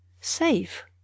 Safe